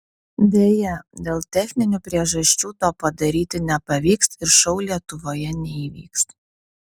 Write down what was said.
deja dėl techninių priežasčių to padaryti nepavyks ir šou lietuvoje neįvyks